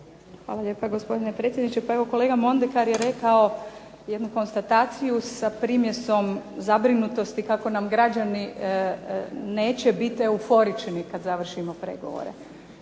Hvala lijepa gospodine predsjedniče. Pa evo kolega MOndekar je rekao jednu konstataciju sa primjesom zabrinutosti kako nam građani neće biti euforični kada završimo pregovore.